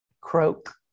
croak